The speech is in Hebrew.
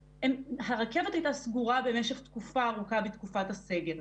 הרכבת הייתה סגורה במשך תקופה ארוכה בתקופת הסגר,